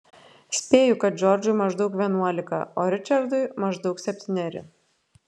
spėju kad džordžui maždaug vienuolika o ričardui maždaug septyneri